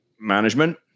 management